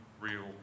real